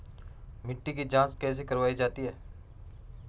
मिट्टी की जाँच कैसे करवायी जाती है?